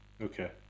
okay